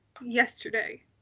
yesterday